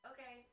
Okay